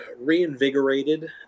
reinvigorated